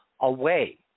away